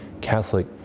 Catholic